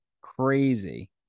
Crazy